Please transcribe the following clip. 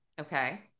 Okay